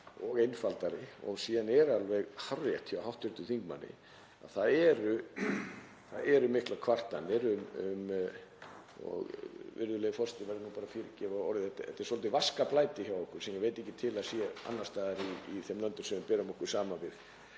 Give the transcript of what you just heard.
og einfaldari. Síðan er alveg hárrétt hjá hv. þingmanni að það eru miklar kvartanir um, og virðulegur forseti verður að fyrirgefa orðið, þetta er svolítið vaskablæti hjá okkur sem ég veit ekki til að sé annars staðar í þeim löndum sem við berum okkur saman við.